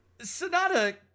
Sonata